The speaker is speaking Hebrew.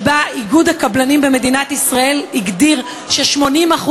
שנאמר בה שאיגוד הקבלנים במדינת ישראל הגדיר ש-80%